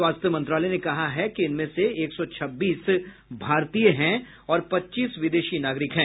स्वास्थ्य मंत्रालय ने कहा है कि इनमें से एक सौ छब्बीस भारतीय हैं और पच्चीस विदेशी नागरिक हैं